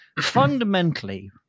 fundamentally